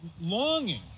longing